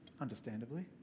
understandably